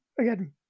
again